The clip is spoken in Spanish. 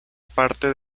parte